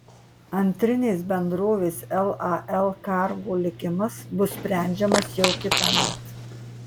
antrinės bendrovės lal cargo likimas bus sprendžiamas jau kitąmet